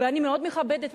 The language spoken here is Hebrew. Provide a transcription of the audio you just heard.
ואני מאוד מכבדת,